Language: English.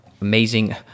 amazing